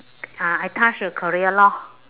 ah I touch the career lor